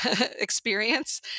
experience